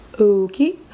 Okay